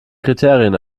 kriterien